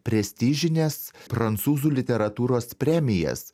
prestižines prancūzų literatūros premijas